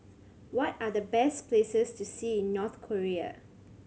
what are the best places to see in North Korea